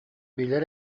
билэр